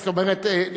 זאת אומרת,